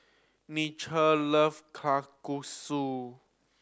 Nichelle love Kalguksu